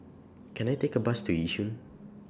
Can I Take A Bus to Yishun